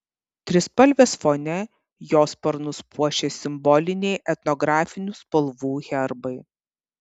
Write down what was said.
trispalvės fone jo sparnus puošia simboliniai etnografinių spalvų herbai